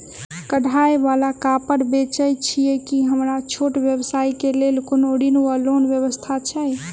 कढ़ाई वला कापड़ बेचै छीयै की हमरा छोट व्यवसाय केँ लेल कोनो ऋण वा लोन व्यवस्था छै?